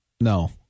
No